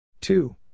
Two